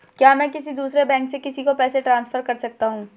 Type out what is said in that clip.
क्या मैं किसी दूसरे बैंक से किसी को पैसे ट्रांसफर कर सकता हूं?